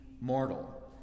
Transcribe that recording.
mortal